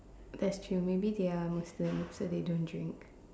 that's true maybe they are Muslim so they don't drink